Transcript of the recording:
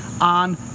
on